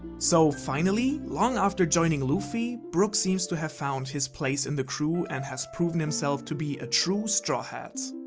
so, finally long after joining luffy brook seems to have found his place in the crew and has proven himself to be a true straw hat.